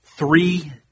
three